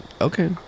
okay